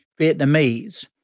Vietnamese